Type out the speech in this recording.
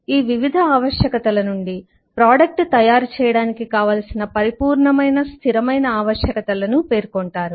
ఈ వివిధ ఆవశ్యకతలనుండి ప్రోడక్ట్ తయారు చేయడానికి కావలసిన పరిపూర్ణ మైన స్థిరమైన ఆవశ్యకతలను పేర్కొంటారు